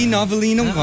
Novelino